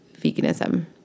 veganism